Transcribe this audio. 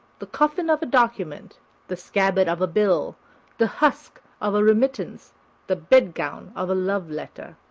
the coffin of a document the scabbard of a bill the husk of a remittance the bed-gown of a love-letter.